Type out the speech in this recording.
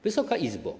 Wysoka Izbo!